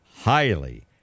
Highly